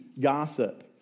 gossip